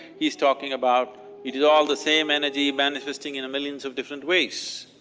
he is talking about it is all the same energy manifesting in a millions of different ways.